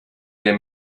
der